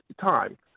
time